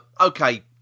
Okay